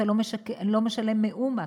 אתה לא משלם מאומה.